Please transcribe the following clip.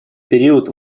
период